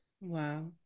Wow